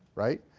right.